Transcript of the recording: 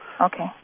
Okay